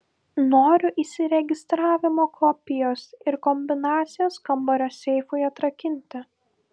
noriu įsiregistravimo kopijos ir kombinacijos kambario seifui atrakinti